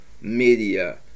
media